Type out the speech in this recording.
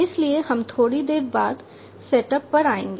इसलिए हम थोड़ी देर बाद सेट अप पर आएंगे